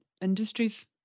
industries